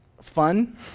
fun